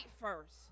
first